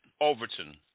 Overton